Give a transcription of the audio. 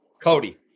Cody